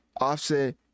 Offset